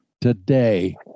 today